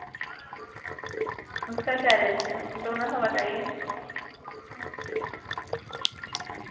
उसका क्या रेंज है दोनों का बताइए